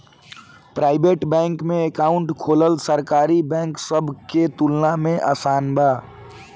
private bank में account खोलल सरकारी बैंक सब के तुलना में आसान बा